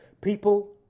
people